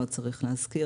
לא צריך להזכיר,